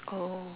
oh